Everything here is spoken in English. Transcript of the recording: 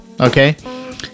Okay